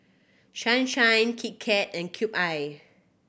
Sunshine Kit Kat and Cube I